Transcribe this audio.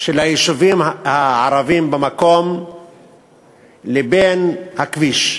של היישובים הערביים במקום לבין הכביש.